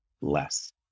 less